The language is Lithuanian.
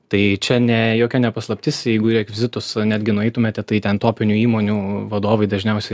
tai čia ne jokia ne paslaptis jeigu į rekvizitus netgi nueitumėte tai ten topinių įmonių vadovai dažniausiai